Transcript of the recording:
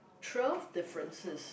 twelve differences